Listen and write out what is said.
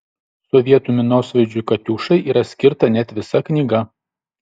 sovietų minosvaidžiui katiušai yra skirta net visa knyga